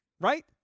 Right